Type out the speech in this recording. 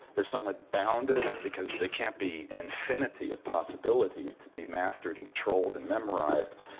they're somewhat bounded, because they can't be an infinity of possibility to be mastered and controlled and memorized.